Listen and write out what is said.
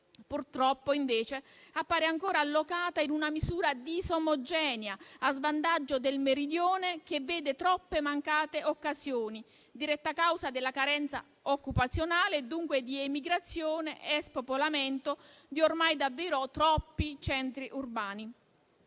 Purtroppo, invece, appare ancora allocata in una misura disomogenea a svantaggio del Meridione, che vede troppe mancate occasioni, diretta causa della carenza occupazionale e dunque di emigrazione e spopolamento di ormai davvero troppi centri urbani.